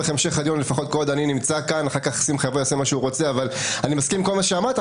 אני מסכים פה עם כל מה שאמרת,